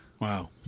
Wow